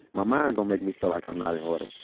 my mind gon' make me feel like i'm not in order.